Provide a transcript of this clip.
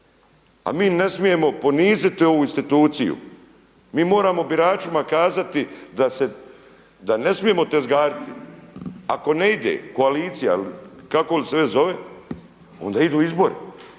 a mi ne smijemo poniziti ovu instituciju, mi moramo biračima kazati da ne smijemo tezgariti. Ako ne ide koalicija ili kako li se već zove onda idu izbori.